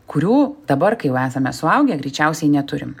kurių dabar kai jau esame suaugę greičiausiai neturim